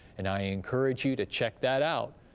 and i encourage you to check that out,